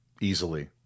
easily